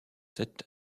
sept